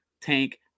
Tank